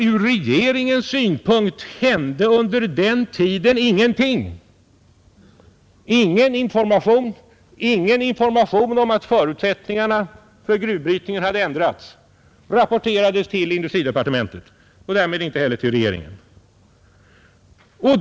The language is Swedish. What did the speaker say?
Ur regeringens synpunkt hände det under den tiden ingenting. Ingen information 27 om att förutsättningarna för gruvbrytningen hade ändrats rapporterades till industridepartementet, och därmed inte heller någon information till regeringen.